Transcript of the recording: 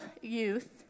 youth